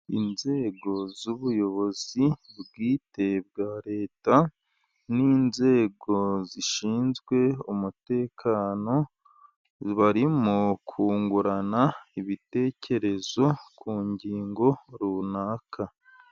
inzego z'ubuyobozi bwite bwa Leta n'inzego zishinzwe umutekano baririmo kungurana ibitekerezo ku ngingo runaka.